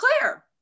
Claire